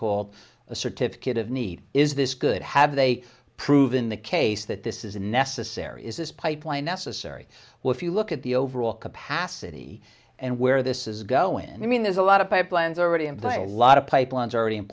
called a certificate of need is this good have they proven the case that this is a necessary is this pipeline necessary well if you look at the overall capacity and where this is go and i mean there's a lot of pipelines already in place a lot of pipelines are already in